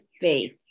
faith